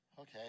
okay